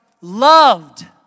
loved